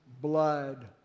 blood